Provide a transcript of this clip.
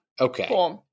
Okay